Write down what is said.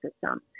system